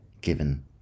given